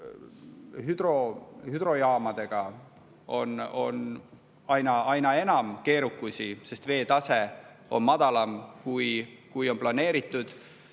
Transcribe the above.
hüdrojaamadega on aina enam keerukusi, sest veetase on madalam, kui on planeeritud.